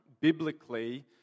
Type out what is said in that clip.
biblically